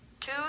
Two